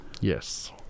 yes